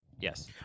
Yes